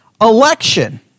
Election